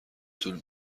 طول